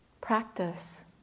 practice